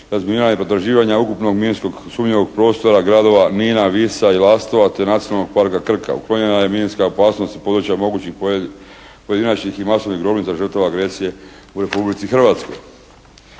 razminiranja i pretraživanja ukupnog minskog sumnjivog prostora gradova Mlina, Visa i Lastova te Nacionalnog parka Krka, uklonjena je minska opasnost s područja mogućih pojedinačnih i masovnih grobnica žrtava agresije u Republici Hrvatskoj.